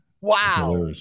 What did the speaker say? wow